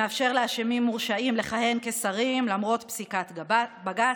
שמאפשר לאשמים מורשעים לכהן כשרים למרות פסיקת בג"ץ,